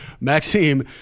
Maxime